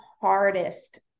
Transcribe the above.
hardest